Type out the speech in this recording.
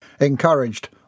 Encouraged